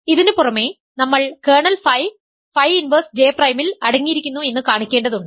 ഇതിനുപുറമെ നമ്മൾ kernel phi phi inverse J പ്രൈമിൽ അടങ്ങിയിരിക്കുന്നു എന്ന് കാണിക്കേണ്ടതുണ്ട്